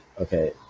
Okay